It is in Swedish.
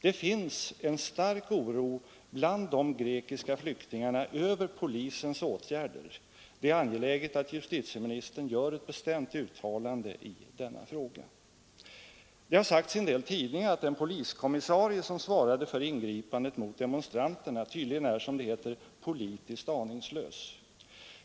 Det finns en stark oro bland de grekiska flyktingarna över polisens åtgärder. Det är angeläget att justitieministern gör ett bestämt uttalande i denna fråga. Det har sagts i en del tidningar att den poliskommissarie som svarade för ingripandet tydligen är, som det heter, politiskt aningslös.